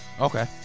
Okay